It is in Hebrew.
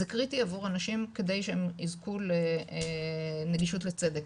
זה קריטי עבור אנשים כדי שהם יזכו לנגישות לצדק,